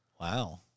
wow